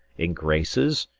in graces,